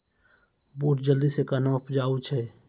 बूट जल्दी से कहना उपजाऊ छ?